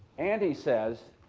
and he says